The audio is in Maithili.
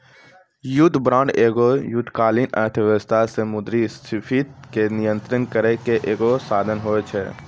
युद्ध बांड एगो युद्धकालीन अर्थव्यवस्था से मुद्रास्फीति के नियंत्रण करै के एगो साधन होय छै